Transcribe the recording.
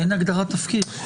אין הגדרת תפקיד.